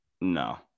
No